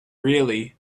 really